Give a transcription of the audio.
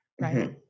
right